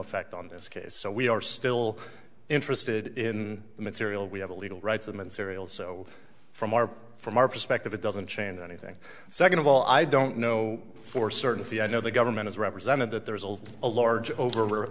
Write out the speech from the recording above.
effect on this case so we are still interested in material we have a legal right to them and cereal so from our from our perspective it doesn't change anything second of all i don't know for certainty i know the government is represented that there is a large over